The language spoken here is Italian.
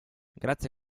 grazie